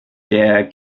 der